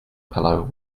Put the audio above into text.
pillow